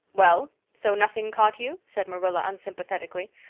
well, so nothing caught you? said marilla unsympathetically.